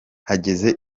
hageze